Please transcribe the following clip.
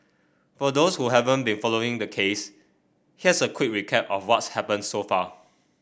for those who haven't been following the case here's a quick recap of what's happened so far